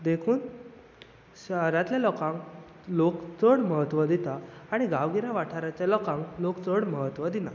देखुन शारांतल्या लोकांक लोक चड म्हत्व दिता आनी गांवगिऱ्या वाठाराच्या लोकांक लोक चड म्हत्व दिनात